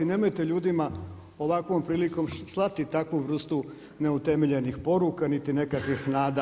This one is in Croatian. Nemojte ljudima ovakvom prilikom slati takvu vrstu neutemeljenih poruka niti nekakvih nada.